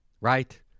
right